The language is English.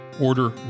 Order